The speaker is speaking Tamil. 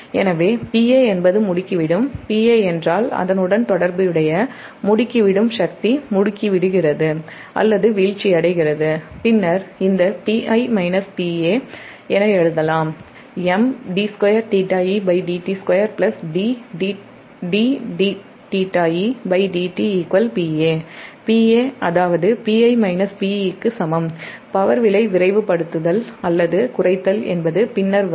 எனவே Pa என்றால் அதனுடன் தொடர்புடைய முடுக்கிவிடும் சக்தி அல்லது வீழ்ச்சியடைகிறது பின்னர் இந்த Pi Pe என எழுதலாம் Pa அதாவது Pi Pe க்கு சமம் பவர் விலை விரைவுபடுத்துதல் அல்லது குறைத்தல் என்பது பின்னர் வரும்